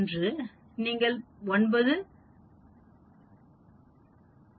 1நீங்கள் 9 0